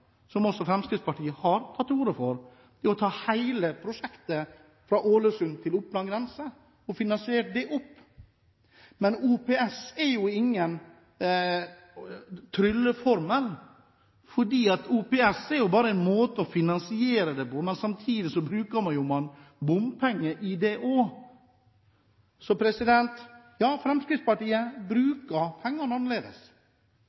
som også Fremskrittspartiet har tatt til orde for, er å finansiere hele prosjektet, fra Ålesund til Opplands grense. Men OPS er ingen trylleformel. OPS er bare en måte å finansiere dette på. Samtidig bruker man jo bompenger også her. Ja, Fremskrittspartiet